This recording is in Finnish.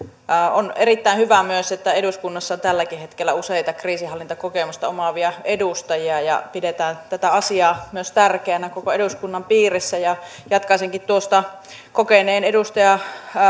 on erittäin hyvä myös että eduskunnassa on tälläkin hetkellä useita kriisinhallintakokemusta omaavia edustajia ja pidetään tätä asiaa myös tärkeänä koko eduskunnan piirissä jatkaisinkin tuosta kokeneen edustaja